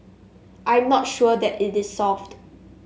I'm not sure that it is solved